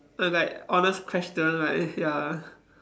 no like honest question like ya